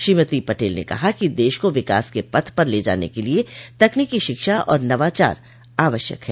श्रीमती पटेल ने कहा कि देश को विकास के पथ पर ले जाने के लिये तकनीकी शिक्षा और नवाचार आवश्यक है